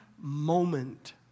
moment